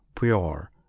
pure